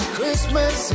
Christmas